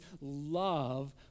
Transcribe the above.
love